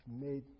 made